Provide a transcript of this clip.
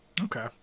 okay